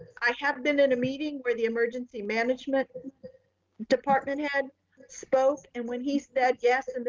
i have been in a meeting where the emergency management department had spoke. and when he said, yes, and